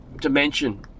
dimension